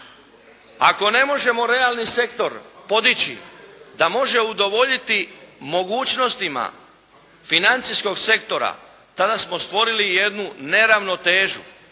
Ako ne možemo realni sektor podići da može udovoljiti mogućnostima financijskog sektora tada smo stvorili jednu neravnotežu.